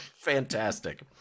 Fantastic